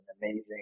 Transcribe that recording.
amazing